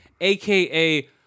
AKA